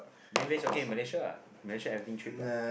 then raise your kid in malaysia ah malaysia everything cheap ah